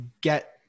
get